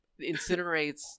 incinerates